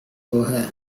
போக